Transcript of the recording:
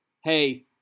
Hey